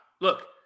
Look